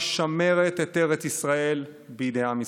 משמרת את ארץ ישראל בידי עם ישראל.